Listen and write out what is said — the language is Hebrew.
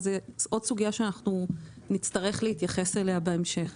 אבל זו עוד סוגיה שנצטרך להתייחס אליה בהמשך.